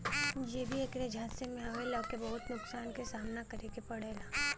जे भी ऐकरे झांसे में आवला ओके बहुत नुकसान क सामना करे के पड़ेला